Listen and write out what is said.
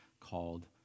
called